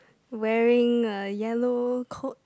wearing a yellow coat